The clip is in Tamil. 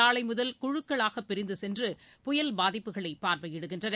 நாளைமுதல் குழுக்களாகபிரிந்துசென்று புயல் பாதிப்புகளைபார்வையிடுகின்றனர்